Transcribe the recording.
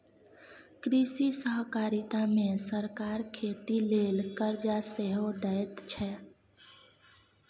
कृषि सहकारिता मे सरकार खेती लेल करजा सेहो दैत छै